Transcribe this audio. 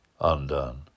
undone